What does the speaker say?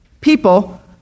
people